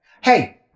Hey